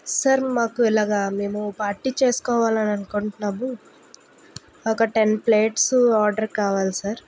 sir మాకు ఇలాగా మేము పార్టీ చేసుకోవాలి అని అనుకుంటున్నాము ఒక టెన్ ప్లేట్స్ ఆర్డర్ కావాలి సార్